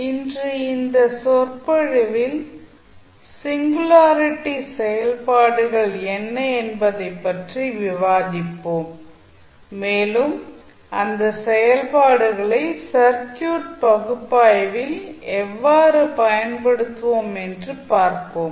இன்று இந்த சொற்பொழிவில் சிங்குலாரிட்டி செயல்பாடுகள் என்ன என்பதைப் பற்றி விவாதிப்போம் மேலும் அந்த செயல்பாடுகளை சர்க்யூட் பகுப்பாய்வில் எவ்வாறு பயன்படுத்துவோம் என்று பார்ப்போம்